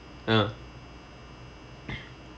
uh